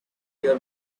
your